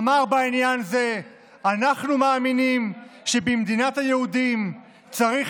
אמר בעניין זה: "אנחנו מאמינים שבמדינת היהודים צריך